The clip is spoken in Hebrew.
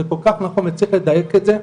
זה כל כך נכון וצריך לדייק את זה,